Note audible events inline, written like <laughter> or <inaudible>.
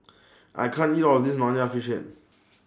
<noise> I can't eat All of This Nonya Fish Head